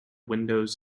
windows